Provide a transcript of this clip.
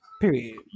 Period